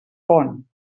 font